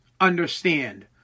understand